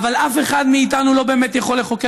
אבל אף אחד מאיתנו לא באמת יכול לחוקק